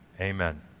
Amen